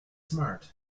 smart